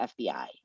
FBI